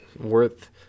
Worth